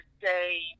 say